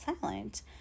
silent